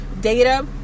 data